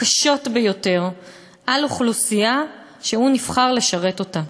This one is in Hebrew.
קשות ביותר על אוכלוסייה שהוא נבחר לשרת אותה.